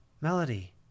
Melody